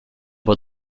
cas